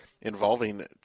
involving